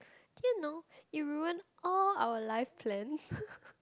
you know you ruin all our life plan